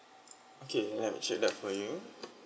okay let me check that for you